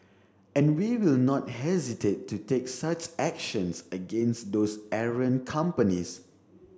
and we will not hesitate to take such actions against those errant companies